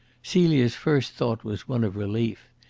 celia's first thought was one of relief.